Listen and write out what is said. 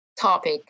topic